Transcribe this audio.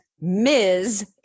Ms